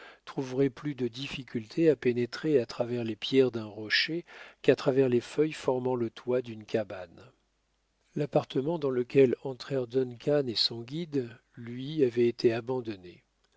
trouverait plus de difficulté à pénétrer à travers les pierres d'un rocher qu'à travers les feuilles formant le toit d'une cabane l'appartement dans lequel entrèrent duncan et son guide lui avait été abandonné